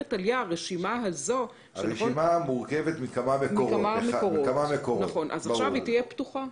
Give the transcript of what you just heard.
אומרת טליה שהרשימה הזו מורכבת מכמה מקורות ועכשיו היא תהיה פתוחה.